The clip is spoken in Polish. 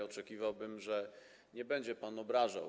Oczekiwałbym, że nie będzie pan nas obrażał.